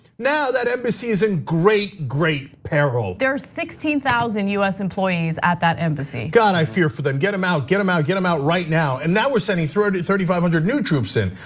now, that embassy is in great, great peril. there are sixteen thousand us employees at that embassy god, i fear for them, get them out, get them out, get them out right now. and that we're sending thirty thousand five hundred new troops in,